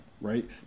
right